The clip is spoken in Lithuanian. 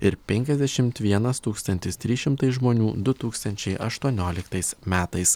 ir penkiasdešimt vienas tūkstantis trys šimtai žmonių du tūkstančiai aštuonioliktais metais